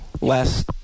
Last